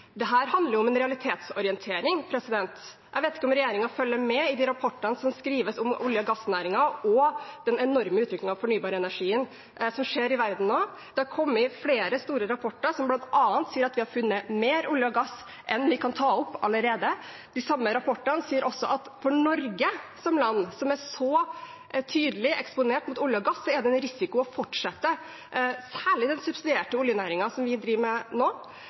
om en realitetsorientering. Jeg vet ikke om regjeringen følger med i de rapportene som skrives om olje- og gassnæringen og den enorme utviklingen av fornybarenergien som skjer i verden nå. Det har kommet flere store rapporter som bl.a. sier at vi allerede har funnet mer olje og gass enn vi kan ta opp. De samme rapportene sier også at for Norge som land, som er så tydelig eksponert mot olje og gass, er det en risiko å fortsette særlig den subsidierte oljenæringen som vi driver med nå,